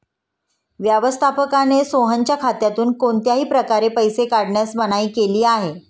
व्यवस्थापकाने सोहनच्या खात्यातून कोणत्याही प्रकारे पैसे काढण्यास मनाई केली आहे